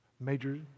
major